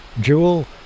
Jewel